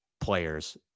players